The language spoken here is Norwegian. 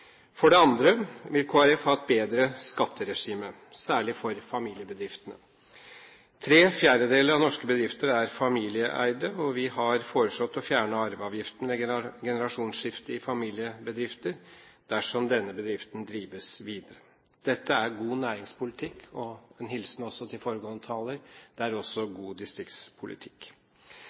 For det andre vil Kristelig Folkeparti ha et bedre skatteregime, særlig for familiebedriftene. Tre fjerdedeler av norske bedrifter er familieeide, og vi har foreslått å fjerne arveavgiften ved generasjonsskifte i familiebedrifter, dersom denne bedriften drives videre. Dette er god næringspolitikk – og en hilsen til foregående taler: Det er også god distriktspolitikk.